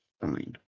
fine